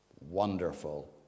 Wonderful